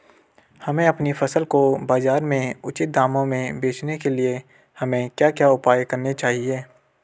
हमें अपनी फसल को बाज़ार में उचित दामों में बेचने के लिए हमें क्या क्या उपाय करने चाहिए?